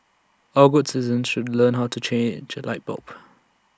all good citizens should learn how to change A light bulb